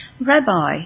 Rabbi